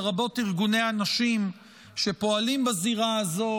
לרבות ארגוני הנשים שפועלים בזירה הזו